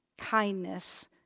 kindness